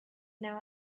now